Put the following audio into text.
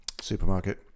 supermarket